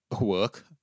work